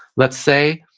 let's say,